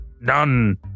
none